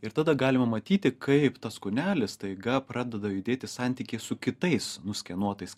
ir tada galima matyti kaip tas kūnelis staiga pradeda judėti santykyje su kitais nuskenuotas